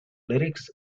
lyrics